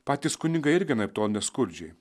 patys kunigai irgi anaiptol ne skurdžiai